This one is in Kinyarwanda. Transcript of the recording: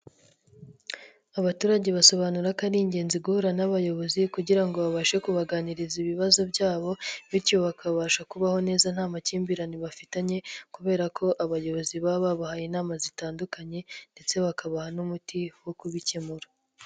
Abaturage basobanura ko ari ingenzi guhura n'abayobozi kugira ngo babashe kubaganiriza ibibazo byabo, bityo bakabasha kubaho neza nta makimbirane bafitanye kubera ko abayobozi baba babahaye inama zitandukanye ndetse bakabaha n'umuti wo kubikemura.